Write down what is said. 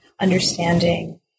understanding